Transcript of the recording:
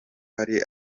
hari